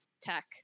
tech